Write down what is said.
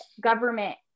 government